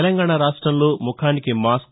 తెలంగాణ రాష్టంలో ముఖానికి మాస్కు